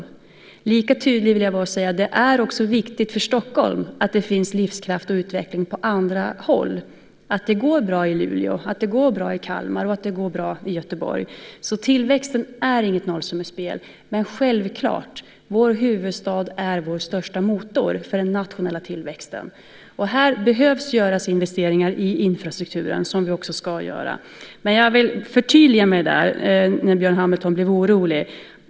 Jag vill vara lika tydlig med att säga att det också är viktigt för Stockholm att det finns livskraft och utveckling på andra håll, att det går bra i Luleå, Kalmar och Göteborg. Tillväxten är inget nollsummespel, men självklart är vår huvudstad vår största motor för den nationella tillväxten. Här behöver göras investeringar i infrastrukturen vilket vi också ska göra. Men jag vill förtydliga mig eftersom Björn Hamilton blev orolig.